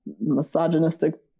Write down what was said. misogynistic